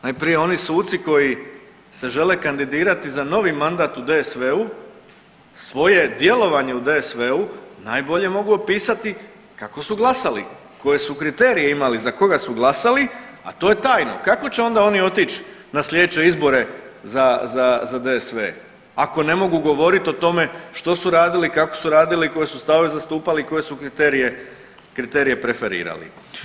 Najprije oni suci koji se žele kandidirati za novi mandat u DSV-u svoje djelovanje u DSV-u najbolje mogu opisati kako su glasali, koje su kriterije imali za koga su glasali, a to je tajno, kako će onda oni otić na sljedeće izbore za DSV ako ne mogu govorit o tome što su radili, kako su radili, koje su stavove zastupali, koje su kriterije preferirali.